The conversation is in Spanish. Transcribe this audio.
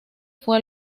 fue